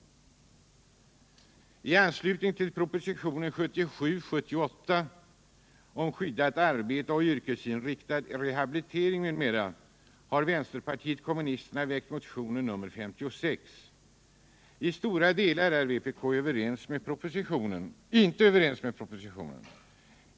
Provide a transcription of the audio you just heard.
I anslutning till propositionen 1977/78:30 om skyddat arbete och yrkesinriktad rehabilitering m.m. har vänsterpartiet kommunisterna väckt motionen nr 56. I stora delar är vpk inte överens med arbetsmarknadsministern om förslagen i propositionen.